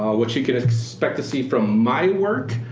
what you can expect to see from my work,